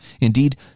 Indeed